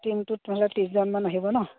টীমটোত তেনেহ'লে ত্ৰিছজনমান আহিব নহ্